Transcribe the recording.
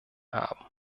haben